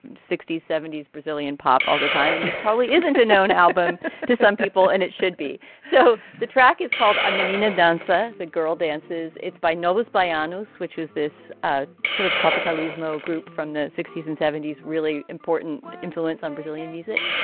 sixty s, seventy s brazilian pop all the time and probably isn't a known album to some people. and it should be. so the track is called i mean, nina dansa, the girl dances. it's by novas, by arnaud's, which has this ah sort of tropical esmo group from the sixty s and seventy s, really important influence on brazilian music.